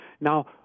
Now